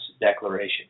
declaration